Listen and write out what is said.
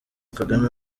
kagame